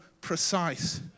precise